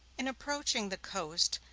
in approaching the coast,